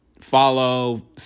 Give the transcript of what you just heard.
Follow